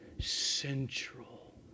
central